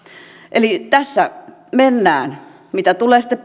eli tässä mennään mitä tulee sitten